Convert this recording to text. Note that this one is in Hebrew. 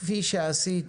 כפי שעשית